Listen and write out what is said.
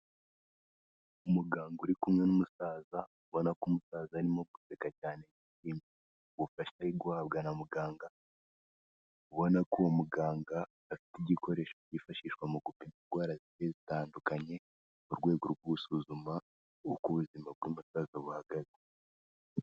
Umuganga uri kumwe n'umusaza, ubona ko umusaza arimo guseka cyane yishimiye ubufasha arimo guhabwa na muganga, ubona ko uwo muganga afite igikoresho kifashishwa mu gupima indwara zigiye zitandukanye, mu rwego rwo gusuzuma uko ubuzima bw'umusaza buhagaze.